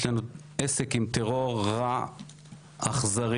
יש לנו עסק עם טרור רע, אכזרי,